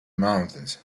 mountains